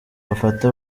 bafate